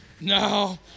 No